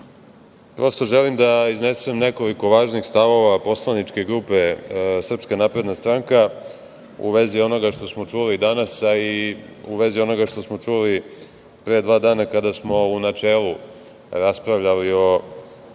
prosto želim da iznesem nekoliko važnih stavova poslaničke grupe SNS u vezi onoga što smo čuli danas, a i u vezi onoga što smo čuli pre dva dana kada smo u načelu raspravljali o